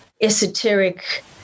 esoteric